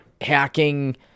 hacking